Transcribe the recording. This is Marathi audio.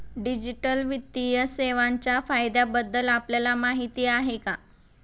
डिजिटल वित्तीय सेवांच्या फायद्यांबद्दल आपल्याला माहिती आहे का?